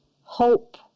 hope